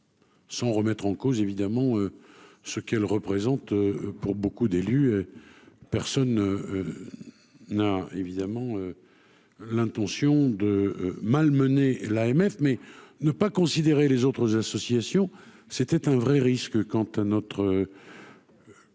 Sans remettre en cause évidemment ce qu'elle représente pour beaucoup d'élus, personne n'a évidemment l'intention de malmener l'AMF mais ne pas considérer les autres associations, c'était un vrai risque, quand un autre.